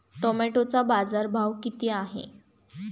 टोमॅटोचा बाजारभाव किती आहे?